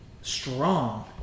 strong